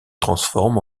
transforme